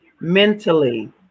mentally